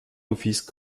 office